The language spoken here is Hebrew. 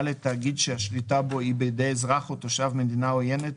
תאגיד שהשליטה בו היא בידי אזרח או תושב מדינה עוינת,